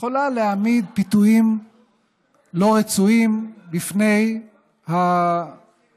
יכולה להעמיד פיתויים לא רצויים בפני המתרימים.